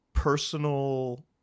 Personal